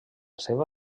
seva